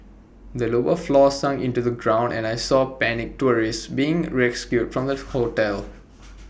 the lower floors sunk into the ground and I saw panicked tourists being rescued from the hotel